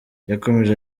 yakomeje